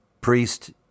priest